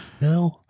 No